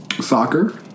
Soccer